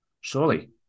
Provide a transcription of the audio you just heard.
Surely